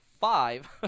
five